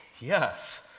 Yes